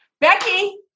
Becky